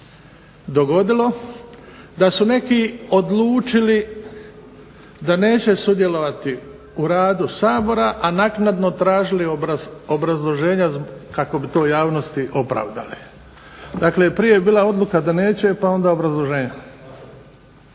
dogodilo, da su neki odlučili da neće sudjelovati u radu Sabora, a naknadno tražili obrazloženja kako bi to javnosti opravdali. Dakle, prije je bila odluka da neće, pa onda obrazloženje.